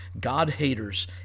God-haters